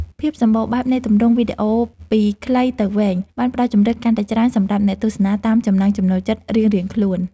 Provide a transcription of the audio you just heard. ភាពសម្បូរបែបនៃទម្រង់វីដេអូពីខ្លីទៅវែងបានផ្ដល់ជម្រើសកាន់តែច្រើនសម្រាប់អ្នកទស្សនាតាមចំណង់ចំណូលចិត្តរៀងៗខ្លួន។